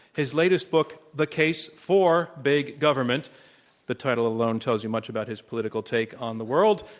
his latest book, the case for big government the title alone tells you much about his political take on the world,